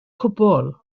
cwbl